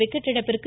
wicket இழப்பிற்கு